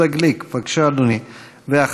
חבר הכנסת יהודה גליק, בבקשה, אדוני.